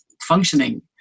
functioning